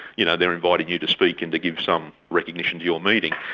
you know, they are inviting you to speak and to give some recognition to your meeting.